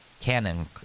canon